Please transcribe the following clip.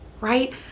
right